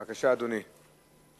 בבקשה, אדוני.